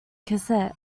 cassette